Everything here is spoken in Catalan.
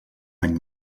any